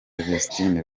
vestine